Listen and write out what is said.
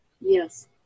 Yes